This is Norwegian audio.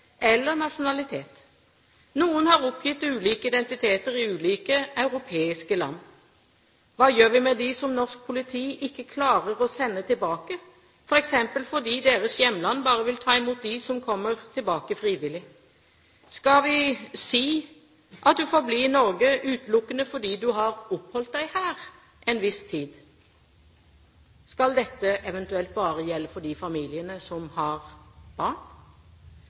eller nasjonalitet? Noen har oppgitt ulike identiteter i ulike europeiske land. Hva gjør vi med dem som norsk politi ikke klarer å sende tilbake, f.eks. fordi deres hjemland bare vil ta imot dem som kommer tilbake frivillig? Skal vi si at du får bli i Norge utelukkende fordi du har oppholdt deg her en viss tid? Skal dette eventuelt bare gjelde for de familiene som har barn?